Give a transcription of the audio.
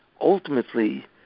ultimately